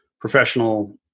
professional